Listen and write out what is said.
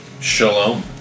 Shalom